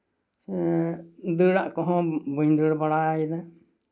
ᱮᱸᱜ ᱫᱟᱹᱲᱟᱜ ᱠᱚᱦᱚᱸ ᱵᱟᱹᱧ ᱫᱟᱹᱲ ᱵᱟᱲᱟᱭᱮᱫᱟ